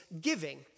giving